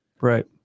Right